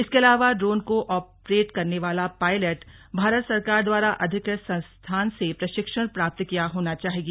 इसके अलावा ड्रोन को ऑपरेट करने वाला पायलट भारत सरकार द्वारा अधिकृत संस्थान से प्रशिक्षण प्राप्त किया होना चाहिए